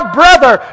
brother